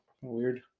weird